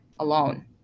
Alone